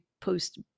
post